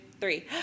three